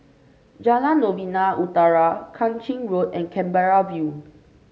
Jalan Novena Utara Kang Ching Road and Canberra View